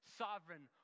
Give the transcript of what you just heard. sovereign